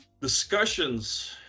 Discussions